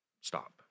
stop